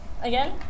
again